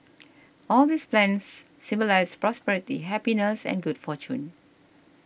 all these plants symbolise prosperity happiness and good fortune